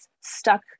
stuck